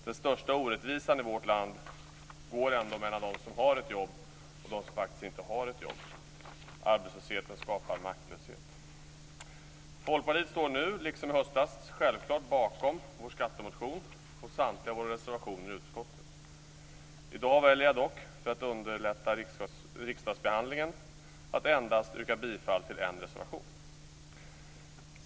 Den största orättvisan i vårt land är ändå den mellan dem som har ett jobb och dem som faktiskt inte har det. Arbetslösheten skapar maktlöshet. Folkpartiet står nu liksom i höstas självklart bakom vår skattemotion och samtliga våra reservationer i utskottet. I dag väljer jag dock, för att underlätta riksdagsbehandlingen, att yrka bifall endast till en reservation.